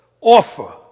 offer